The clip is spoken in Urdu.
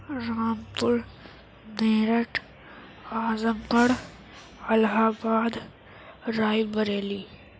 رام پور میرٹھ اعظم گڑھ الہ آباد رائے بریلی